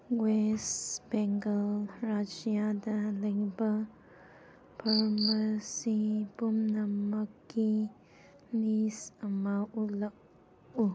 west Bengal ꯔꯥꯖ꯭ꯌꯥꯗ ꯂꯩꯕ ꯐꯔꯃꯁꯤ ꯄꯨꯝꯅꯃꯛꯀꯤ ꯂꯤꯁ ꯑꯃ ꯎꯠꯂꯛꯎ